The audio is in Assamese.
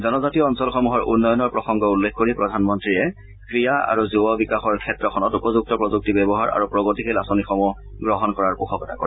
জনজাতীয় অঞ্চলসমূহৰ উন্নয়নৰ প্ৰসংগ উল্লেখ কৰি প্ৰধানমন্ত্ৰীয়ে ক্ৰীড়া আৰু যুৱ বিকাশৰ ক্ষেত্ৰখনত উপযুক্ত প্ৰযুক্তি ব্যৱহাৰ আৰু প্ৰগতিশীল আঁচনিসমূহ গ্ৰহণ কৰাৰ পোষকতা কৰে